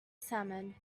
salmon